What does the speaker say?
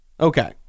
Okay